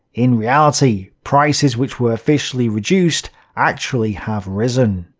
in reality, prices which were officially reduced actually have risen.